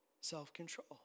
self-control